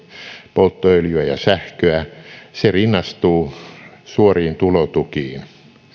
polttoöljyä ja sähköä rinnastuu suoriin tulotukiin